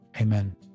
Amen